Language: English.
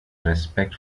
respect